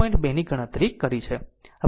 2 ની ગણતરી કરી છે